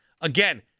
Again